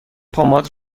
پماد